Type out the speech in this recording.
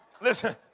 listen